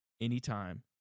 anytime